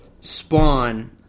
Spawn